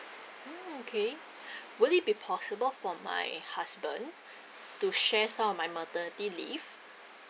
mm okay would it be possible for my husband to share some of my maternity leave